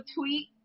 tweet